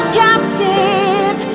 captive